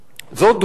זאת דוגמה